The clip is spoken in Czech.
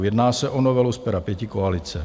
Jedná se o novelu z pera pětikoalice.